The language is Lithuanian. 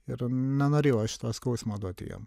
ir nenorėjau aį šito skausmo duoti jiem